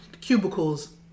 cubicles